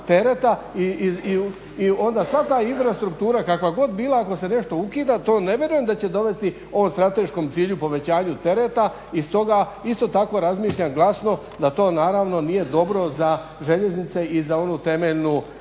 I onda svaka igra, struktura kakva god bila ako se nešto ukida to ne vjerujem da će dovesti ovom strateškom cilju povećanju tereta. I stoga isto tako razmišljam glasno da to naravno nije dobro za željeznice i za onu temeljnu namjenu